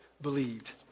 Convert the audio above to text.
believed